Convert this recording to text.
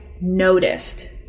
noticed